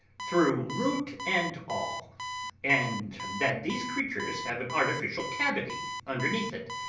through root and all and that these creatures have an artificial cavity underneath it,